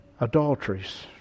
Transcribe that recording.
Adulteries